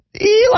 Eli